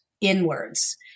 inwards